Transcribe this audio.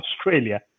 Australia